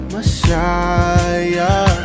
Messiah